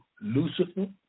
Lucifer